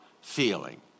feeling